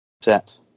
set